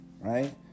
right